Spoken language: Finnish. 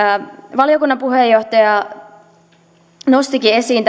valiokunnan puheenjohtaja nostikin esiin